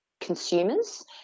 consumers